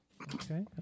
Okay